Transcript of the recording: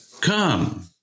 come